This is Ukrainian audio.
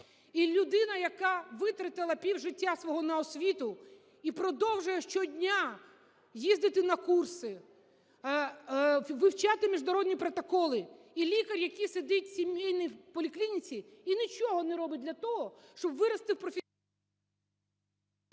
і людина, яка витратила півжиття свого на освіту і продовжує щодня їздити на курси, вивчати міжнародні протоколи, і лікар, який сидить сімейний в поліклініці і нічого не робить для того, щоб вирости в… ГОЛОВУЮЧИЙ.